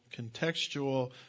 contextual